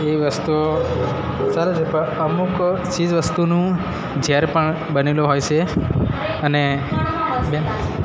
એવી વસ્તુઓ અમુક ચીજ વસ્તુનું ઝેર પણ બનેલું હોય સે અને બેન